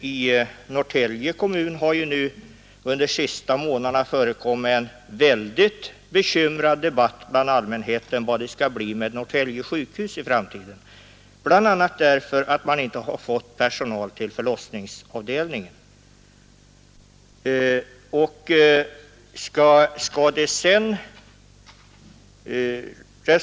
I Norrtälje kommun har under de senaste månaderna förekommit en mycket bekymrad debatt bland allmänheten om hur det skall bli med Norrtälje sjukhus i framtiden, bl.a. därför att man inte har fått personal till förlossningsavdelningen.